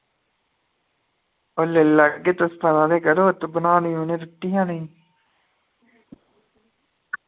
ओ लेई लैगे तुस पता ते करो इत बनानी उ'नै रुट्टी जां नेईं